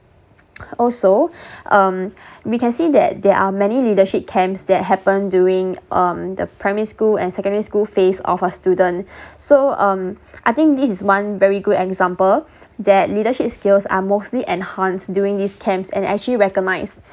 also um we can see that there are many leadership camps that happen during um the primary school and secondary school phase of a student so um I think this is one very good example that leadership skills are mostly enhanced during this camps and actually recognised